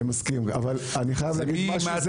אני מסכים, אבל אני חייב להגיד משהו.